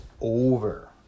over